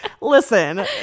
listen